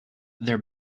their